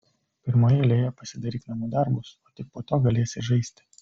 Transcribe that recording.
pirmoje eilėje pasidaryk namų darbus o tik po to galėsi žaisti